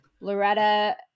Loretta